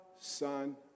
Son